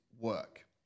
work